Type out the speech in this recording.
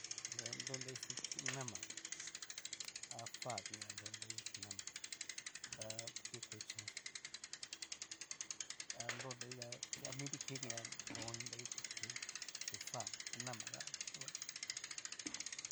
Yu ta nro nrai xín nama ha fa kein ta nro nrai xín nama, da kutui kai chónxi, ha nro nrai ta a mini tikuii kein ta nro oni nrai ti kuii xin fa a nama tán.